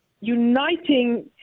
uniting